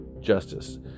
justice